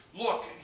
Look